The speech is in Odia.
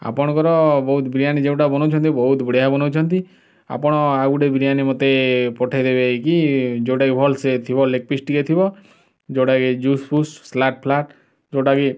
ଆପଣଙ୍କର ବହୁତ ବିରିୟାନୀ ଯେଉଁଟା ବନଉଛନ୍ତି ତ ବହୁତ ବଢ଼ିଆ ବନାଉଛନ୍ତି ଆପଣ ଆଉ ଗୋଟେ ବିରିୟାନୀ ମୋତେ ପଠାଇ ଦେବେ କି ଯେଉଁଟା କି ଭଲ ସେ ହେଇଥିବ ଲେଗ୍ ପିସ୍ ଟିକେ ଥିବ ଯେଉଁଟା କି ଜୁସ୍ ଫୁସ୍ ସ୍ଲାଗ ଫ୍ଲାଗ ଯେଉଁଟା କି